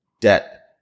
debt